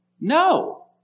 No